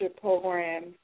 program